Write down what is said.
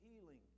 healing